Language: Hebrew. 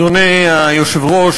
אדוני היושב-ראש,